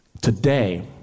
Today